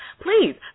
Please